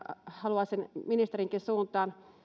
haluaisin ministerinkin suuntaan